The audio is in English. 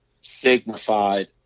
signified